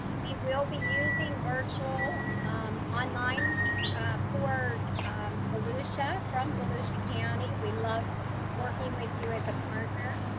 we will be using virtual um online for volusia from volusia county. we love working with you as a partner.